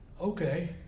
Okay